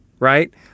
Right